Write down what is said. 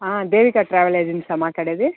Devika travel ఏజెన్సీస్నా మాట్లాడేది